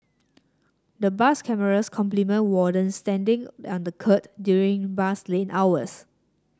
the bus cameras complement wardens standing on the kerb during bus lane hours